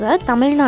Tamil